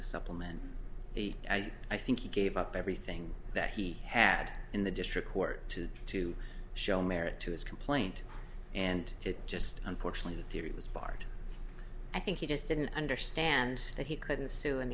to supplement i think he gave up everything that he had in the district court to show merit to his complaint and it just unfortunately the theory was barred i think he just didn't understand that he couldn't su